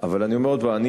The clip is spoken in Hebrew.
אבל אני אומר עוד הפעם,